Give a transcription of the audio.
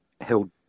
held